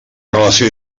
relació